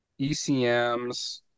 ECMs